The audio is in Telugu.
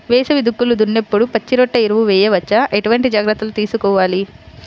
వేసవి దుక్కులు దున్నేప్పుడు పచ్చిరొట్ట ఎరువు వేయవచ్చా? ఎటువంటి జాగ్రత్తలు తీసుకోవాలి?